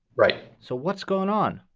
right. so what's going on?